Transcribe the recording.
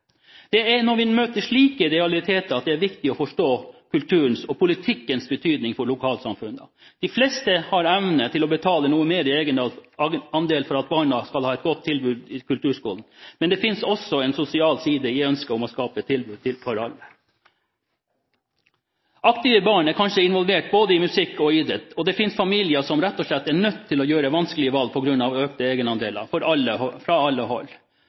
Det er når vi møter slike realiteter, det er viktig å forstå kulturens og politikkens betydning for lokalsamfunnene. De fleste har evne til å betale noe mer i egenandel for at barna skal ha et godt tilbud i kulturskolen, men det finnes også en sosial side i ønsket om å skape et tilbud for alle. Aktive barn er kanskje involvert i både musikk og idrett, og det finnes familier som rett og slett er nødt til å gjøre vanskelige valg på grunn av økte egenandeler fra alle